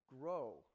grow